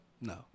No